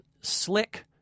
slick